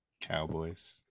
cowboys